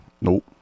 Nope